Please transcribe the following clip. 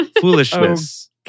Foolishness